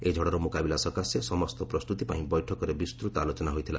ଏହି ଝଡ଼ର ମୁକାବିଲା ସକାଶେ ସମସ୍ତ ପ୍ରସ୍ତୁତି ପାଇଁ ବୈଠକରେ ବିସ୍ତୃତ ଆଲୋଚନା ହୋଇଥିଲା